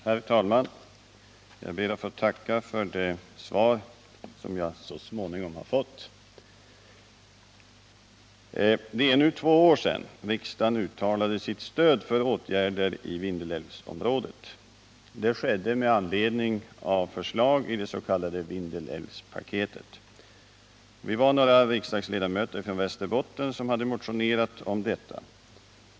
Herr talman! Jag ber att få tacka för det svar som jag så småningom har fått. Det är nu två år sedan riksdagen uttalade sitt stöd för åtgärder i Vindelälvsområdet. Det skedde med anledning av förslag i det s.k. Vindelälvspaketet. Vi var några riksdagsledamöter från Västerbotten som hade motionerat om detta.